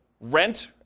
rent